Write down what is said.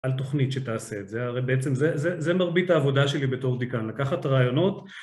על תוכנית שתעשה את זה, הרי בעצם זה מרבית העבודה שלי בתור דיקן, לקחת רעיונות.